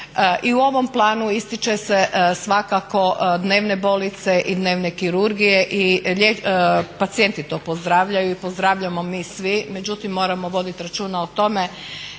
I u ovom planu ističe se svakako dnevne bolnice i dnevne kirurgije i pacijenti to pozdravljaju i pozdravljamo mi svi. Međutim, moramo voditi računa o tome